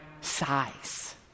size